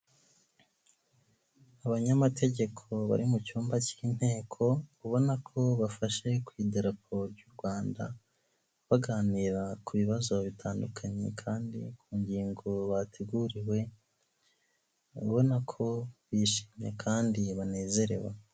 Abanyamategeko bari mu cyumba cy'inteko ubona ko bafashe ku idarapo ry'u Rwanda, baganira ku bibazo bitandukanye kandi ku ngingo bateguriwe, ubona ko bishimiyemye kandi banezerewe.